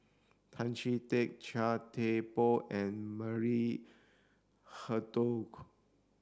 Tan Chee Teck Chia Thye Poh and Maria Hertogh